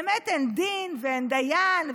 באמת אין דין ואין דיין,